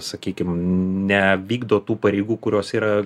sakykim nevykdo tų pareigų kurios yra